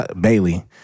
Bailey